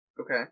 Okay